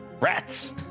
Rats